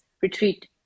retreat